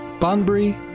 Bunbury